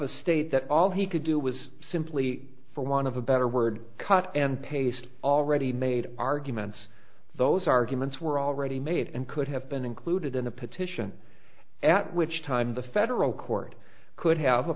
a state that all he could do was simply for want of a better word cut and paste already made arguments those arguments were already made and could have been included in the petition at which time the federal court could have